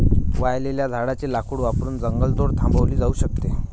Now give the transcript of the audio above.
वाळलेल्या झाडाचे लाकूड वापरून जंगलतोड थांबवली जाऊ शकते